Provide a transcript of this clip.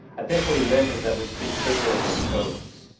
i think what he meant is that we treat prisoners as ghosts.